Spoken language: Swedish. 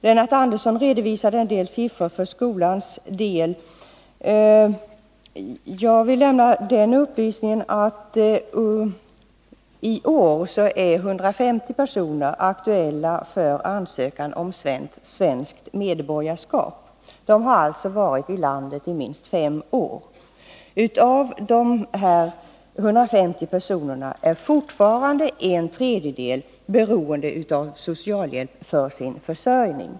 Lennart Andersson redovisade en del siffror för skolans del. Jag vill lämna den upplysningen att 150 personer i år är aktuella för ansökan om svenskt medborgarskap. De har alltså varit i vårt land i minst fem år. Av dessa 150 personer är fortfarande en tredjedel beroende av socialhjälp för sin försörjning.